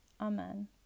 Amen